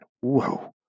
Whoa